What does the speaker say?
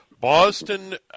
Boston